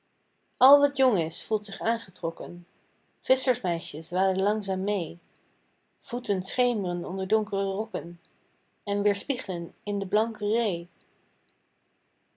wat jong is voelt zich aangetrokken visschersmeisjes waden langzaam mee voeten scheemren onder donkere rokken en weerspieglen in de blanke